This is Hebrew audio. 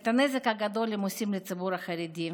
את הנזק הגדול הם עושים לציבור החרדי.